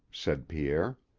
said pierre.